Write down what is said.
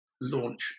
launch